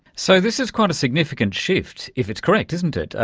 so this is quite a significant shift, if it's correct, isn't it,